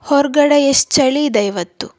ಹೊರಗಡೆ ಎಷ್ಟು ಚಳಿ ಇದೆ ಇವತ್ತು